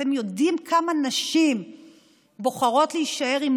אתם יודעים כמה נשים בוחרות להישאר עם